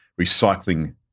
recycling